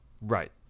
Right